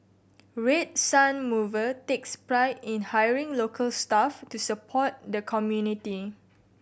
Red Sun Mover takes pride in hiring local staff to support the community